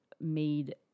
made